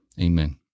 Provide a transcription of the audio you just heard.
amen